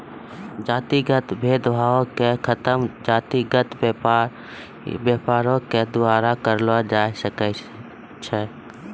जातिगत भेद भावो के खतम जातिगत व्यापारे के द्वारा करलो जाय सकै छै